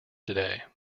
today